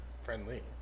Friendly